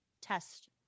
test